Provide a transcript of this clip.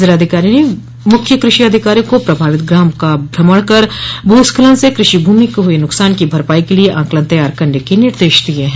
जिलाधिकारी ने मुख्य कृषि अधिकारी को प्रभावित ग्राम का भ्रमण कर भूस्खलन से कृषि भूमि को हुए नुकसान की भरपाई के लिए आंकलन तैयार करने के निर्देश दिये हैं